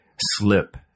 slip